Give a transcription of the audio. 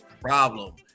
problem